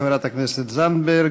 חברת הכנסת זנדברג.